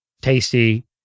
tasty